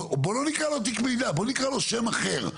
בוא לא נקרא לו תיק מידע בוא נקרא לו שם אחר,